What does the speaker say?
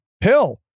pill